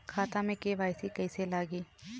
खाता में के.वाइ.सी कइसे लगी?